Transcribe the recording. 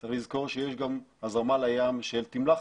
צריך לזכור שיש גם הזרמה לים של תמלחת.